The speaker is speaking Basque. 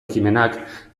ekimenak